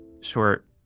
short